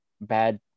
bad